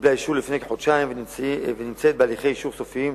קיבלה אישור לפני כחודשיים ונמצאת בהליכי אישור סופיים,